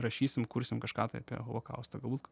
rašysim kursim kažką tai apie holokaustą galbūt